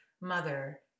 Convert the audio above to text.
mother